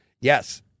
Yes